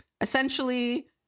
essentially